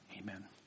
Amen